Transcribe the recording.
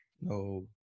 No